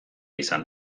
izan